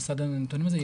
מסד הנתונים הזה.